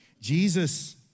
Jesus